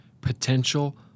potential